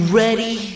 ready